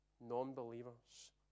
non-believers